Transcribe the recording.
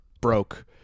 broke